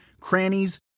crannies